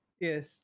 Yes